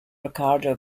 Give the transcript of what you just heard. riccardo